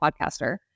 podcaster